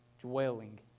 dwelling